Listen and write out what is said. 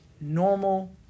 Normal